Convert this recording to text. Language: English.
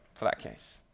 for that case.